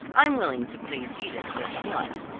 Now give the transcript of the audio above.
i'm willing to please edith this once,